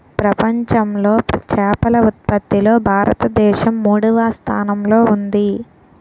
ప్రపంచంలో చేపల ఉత్పత్తిలో భారతదేశం మూడవ స్థానంలో ఉంది